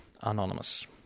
Anonymous